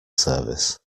service